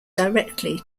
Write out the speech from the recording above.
directly